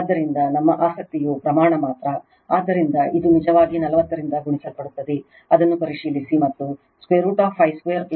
ಆದ್ದರಿಂದ ನಮ್ಮ ಆಸಕ್ತಿಯು ಪ್ರಮಾಣ ಮಾತ್ರ ಆದ್ದರಿಂದ ಇದು ನಿಜವಾಗಿ 40 ರಿಂದ ಗುಣಿಸಲ್ಪಡುತ್ತದೆ ಅದನ್ನು ಪರಿಶೀಲಿಸಿ ಮತ್ತು √5 2 31